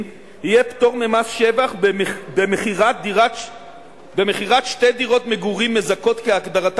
יהיה פטור ממס שבח במכירת שתי דירות מגורים מזכות,